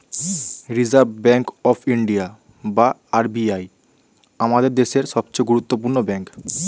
reserve bank of India বা RBI আমাদের দেশের সবচেয়ে গুরুত্বপূর্ণ ব্যাঙ্ক